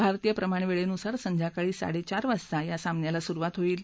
भारतीय प्रमाण वेळेनुसार संध्याकाळी साडेचार वाजता या सामन्याला सुरुवात होईल